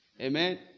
Amen